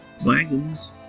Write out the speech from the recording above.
wagons